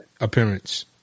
appearance